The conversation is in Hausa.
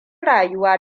rayuwa